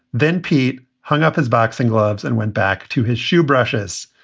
then pete hung up his boxing gloves and went back to his shoe brushes.